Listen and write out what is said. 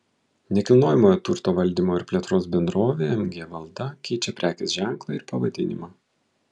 nekilnojamojo turto valdymo ir plėtros bendrovė mg valda keičia prekės ženklą ir pavadinimą